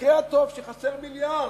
במקרה הטוב שחסר מיליארד,